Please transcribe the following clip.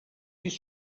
pis